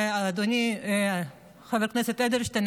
אדוני חבר כנסת אדלשטיין,